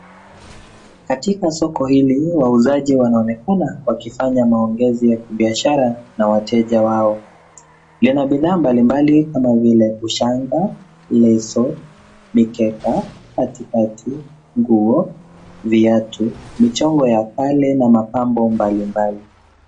Katika soko hili wauzaji wanaonekana wakifanya maongezi na wanabiashara na wateja wao. Yana bidhaa mbalimbali kama vile ushanga, leso, mikeka; katikati nguo, viatu, michongo ya kale na mapambo mbalimbali.